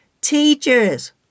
teachers